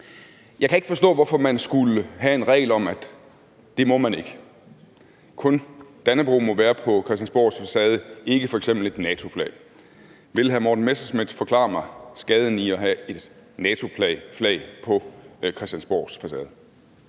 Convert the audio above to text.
Jeg kan ikke forstå, hvorfor man skulle have en regel om, at det må man ikke; kun Dannebrog må være på Christiansborgs facade, ikke f.eks. et NATO-flag. Vil hr. Morten Messerschmidt forklare mig skaden i at have et NATO-flag på Christiansborgs facade?